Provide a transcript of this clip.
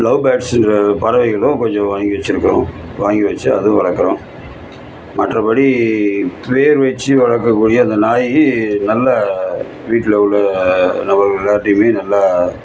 love birds பறவைகளும் கொஞ்சம் வாங்கி வச்சுருக்குறோம் வாங்கி வச்சு அதுவும் வளர்க்குறோம் மற்றபடி பேர் வச்சு வளர்க்ககூடிய இந்த நாய் நல்லா வீட்டில் உள்ள நபர்கள் எல்லாட்டையுமே நல்லா